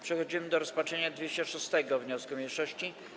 Przechodzimy do rozpatrzenia 206. wniosku mniejszości.